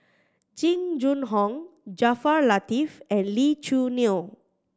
Jing Jun Hong Jaafar Latiff and Lee Choo Neo